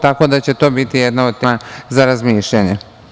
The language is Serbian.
Tako da će to biti jedna od tema za razmišljanje.